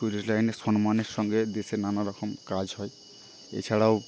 police লাইনে সম্মানের সঙ্গে দেশের নানা রকম কাজ হয় এছাড়াও